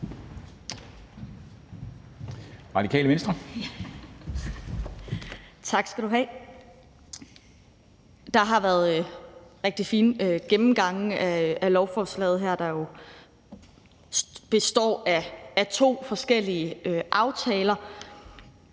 Katrine Robsøe (RV): Tak. Der har været rigtig fine gennemgange af lovforslaget her, der jo består af to forskellige aftaler,